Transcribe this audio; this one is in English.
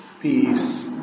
peace